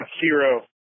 hero